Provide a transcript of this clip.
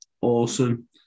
awesome